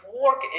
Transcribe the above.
work